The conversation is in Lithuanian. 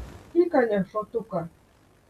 įkalė šotuką